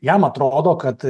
jam atrodo kad